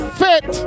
fit